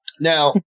Now